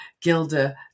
Gilda